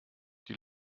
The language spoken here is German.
die